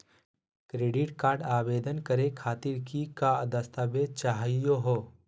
Credit card आवेदन करे खातीर कि क दस्तावेज चाहीयो हो?